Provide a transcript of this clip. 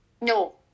no